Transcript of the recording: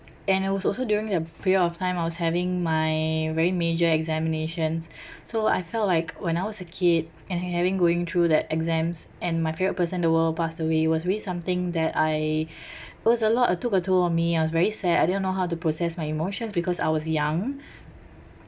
and it was also during that period of time I was having my very major examinations so I felt like when I was a kid and having going through that exams and my favourite person in the world passed away it was really something that I it was a lot uh took a toll on me I was very sad I didn't know how to process my emotions because I was young